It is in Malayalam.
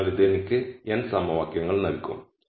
അതിനാൽ ഇത് എനിക്ക് n സമവാക്യങ്ങൾ നൽകും